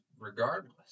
Regardless